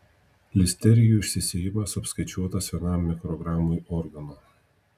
listerijų išsisėjimas apskaičiuotas vienam mikrogramui organo